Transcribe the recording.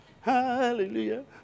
Hallelujah